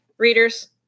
Readers